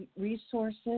resources